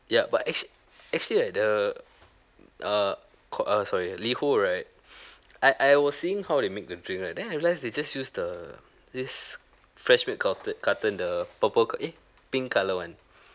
ya but actually actually at err uh koi uh sorry liho right I I was seeing how they make the drink right then I realise they just use the this fresh milk carton carton the purple col~ eh pink colour one